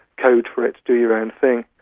code for it, do your own thing.